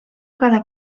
cada